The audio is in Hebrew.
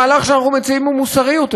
המהלך שאנחנו מציעים הוא מוסרי יותר,